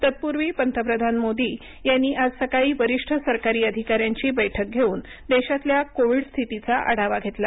तत्पूर्वी पंतप्रधान मोदी यांनी आज सकाळी वरिष्ठ सरकारी अधिकाऱ्यांची बैठक घेऊन देशातल्या कोविड स्थितीचा आढावा घेतला